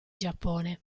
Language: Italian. giappone